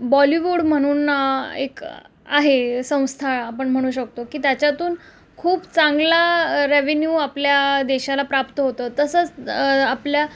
बॉलिवूड म्हणून एक आहे संस्था आपण म्हणू शकतो की त्याच्यातून खूप चांगला रेव्हेन्यू आपल्या देशाला प्राप्त होतं तसंच आपल्या